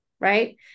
right